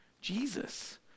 Jesus